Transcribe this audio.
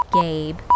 Gabe